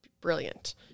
Brilliant